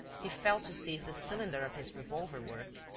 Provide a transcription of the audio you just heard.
he felt to see if the cylinder of his revolver worked,